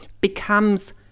becomes